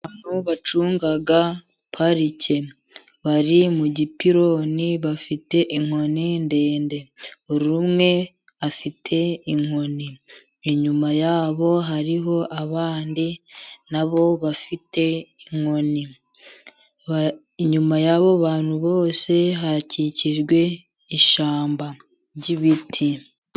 Abantu bacunga parike bari mu gipironi bafite inkoni ndende. Buri umwe afite inkoni. Inyuma yabo hariho abandi na bo bafite inkoni. Inyuma y'abo bantu bose hakikijwe ishyamba ry'ibiti.